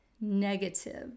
negative